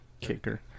Kicker